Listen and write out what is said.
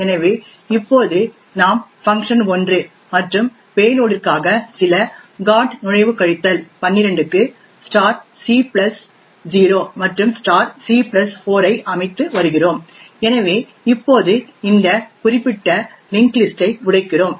எனவே இப்போது நாம் fun1 மற்றும் பேலோடிற்காக சில GOT நுழைவு கழித்தல் 12 க்கு c 0 மற்றும் c 4 ஐ அமைத்து வருகிறோம் எனவே இப்போது இந்த குறிப்பிட்ட லிஙஂகஂ லிஸஂடஂ ஐ உடைக்கிறோம்